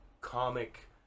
comic